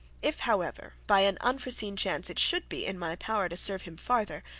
if, however, by an unforeseen chance it should be in my power to serve him farther,